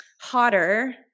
Hotter